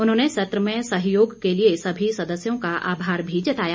उन्होंने सत्र में सहयोग के लिए सभी सदस्यों का आभार भी जताया